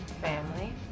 Family